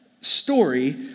story